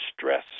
stress